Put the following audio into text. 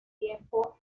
tiempo